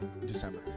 December